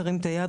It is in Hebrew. תרים את היד,